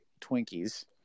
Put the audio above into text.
Twinkies